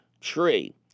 tree